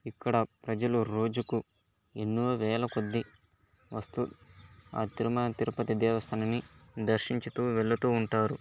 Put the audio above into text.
ఇక్కడ ప్రజలు రోజుకు ఎన్నో వేలకొద్ది వస్తూ ఆ తిరుమల తిరుపతి దేవస్థానాన్నీ దర్శించుతూ వెళుతూ ఉంటారు